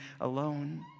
alone